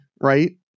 right